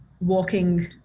walking